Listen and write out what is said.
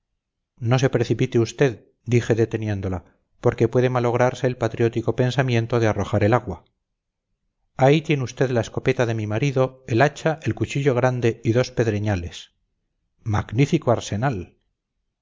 no se precipite usted dije deteniéndola porque puede malograrse el patriótico pensamiento de arrojar el agua aquí tiene usted la escopeta de mi marido el hacha el cuchillo grande y dos pedreñales magnífico arsenal